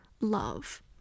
love